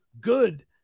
good